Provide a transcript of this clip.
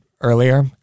earlier